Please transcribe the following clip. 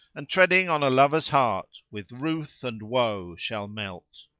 and treading on a lover's heart with ruth and woe shall melt.